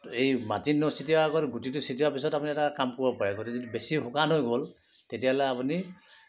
এই মাটি নছটিওৱা আগত গুটিটো ছটিওৱা পিছত আপুনি এটা কাম কৰে গুটি যদি বেছি শুকান হৈ গ'ল তেতিয়াহ'লে আপুনি